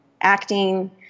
acting